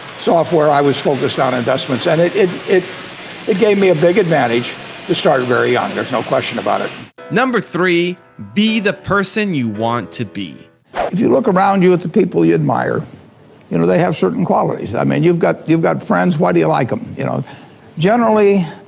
software i was focused on investments and it? it it gave me a big advantage to start very young there's no question about it number three be the person. you, want to be if you look around you at the people you admire you know they have certain qualities i mean you've got you've got friends, why, do you, like them you know generally,